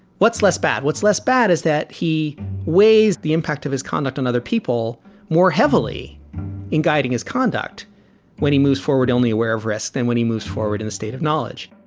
what's less bad? what's less bad is that he weighs the impact of his conduct on other people more heavily in guiding his conduct when he moves forward, only aware of risks than when he moves forward in the state of knowledge.